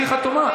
שהיא חתומה,